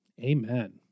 Amen